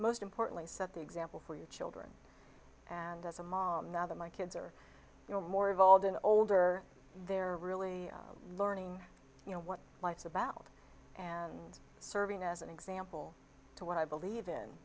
most importantly set the example for your children and as a mom now that my kids are you know more evolved and older they're really learning you know what life's about and serving as an example to what i believe in